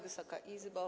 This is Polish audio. Wysoka Izbo!